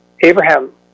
Abraham